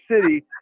City